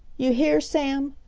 you heah, sam?